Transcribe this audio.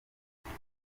mujye